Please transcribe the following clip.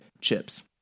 chips